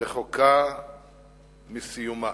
רחוקה מסיומה".